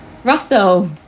Russell